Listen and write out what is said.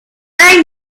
rang